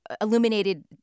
illuminated